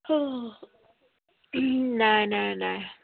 অঁ নাই নাই নাই